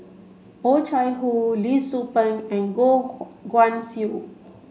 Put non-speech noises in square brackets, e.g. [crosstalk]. Oh Chai Hoo Lee Tzu Pheng and Goh [unintelligible] Guan Siew